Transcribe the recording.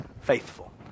faithful